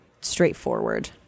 straightforward